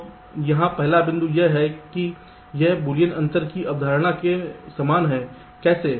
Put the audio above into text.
तो यहाँ पहला बिंदु यह है कि यह बूलियन अंतर की अवधारणा के समान है कैसे